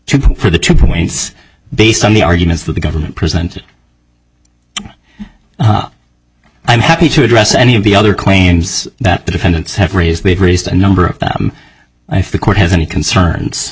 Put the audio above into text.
manager for the two points based on the arguments that the government presented i'm happy to address any of the other claims that the defendants have raised they've raised a number of them i feel court has any concerns